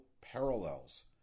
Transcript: parallels